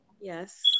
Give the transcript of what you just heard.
yes